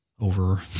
over